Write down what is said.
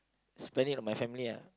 spend it on my family